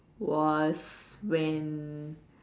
was when